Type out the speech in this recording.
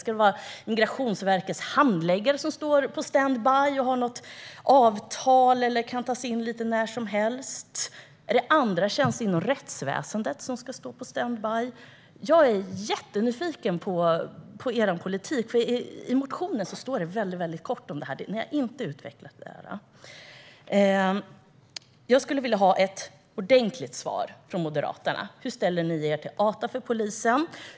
Ska Migrationsverkets handläggare stå på standby och ha något avtal eller kunna tas in lite när som helst? Är det andra tjänster inom rättsväsendet som ska stå på standby? Jag är jättenyfiken på er politik, för i motionen står det väldigt kort om detta; ni har inte utvecklat det. Jag skulle vilja ha ett ordentligt svar från Moderaterna. Hur ställer ni er till ATA för polisen?